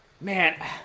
man